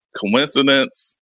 Coincidence